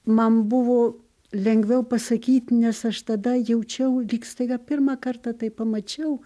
man buvo lengviau pasakyti nes aš tada jaučiau lyg staiga pirmą kartą tai pamačiau